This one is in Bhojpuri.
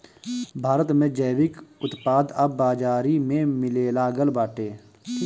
भारत में जैविक उत्पाद अब बाजारी में मिलेलागल बाटे